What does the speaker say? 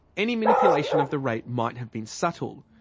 any manipulation of the rate might have been subtle,